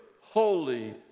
holy